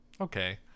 okay